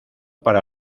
para